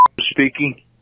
speaking